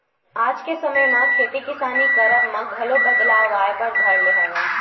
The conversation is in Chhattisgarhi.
आज के समे म खेती किसानी करब म घलो बदलाव आय बर धर ले हवय